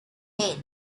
hate